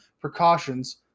precautions